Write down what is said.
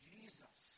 Jesus